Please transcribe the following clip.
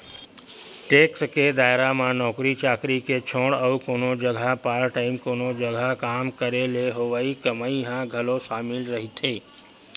tax के दायरा म नौकरी चाकरी के छोड़ अउ कोनो जघा पार्ट टाइम कोनो जघा काम करे ले होवई कमई ह घलो सामिल रहिथे